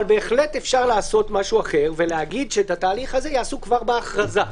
אבל בהחלט אפשר לעשות משהו אחר ולומר שאת התהליך הזה יעשו כבר בהכרזה,